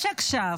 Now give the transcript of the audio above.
יש עכשיו,